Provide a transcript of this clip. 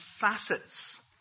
facets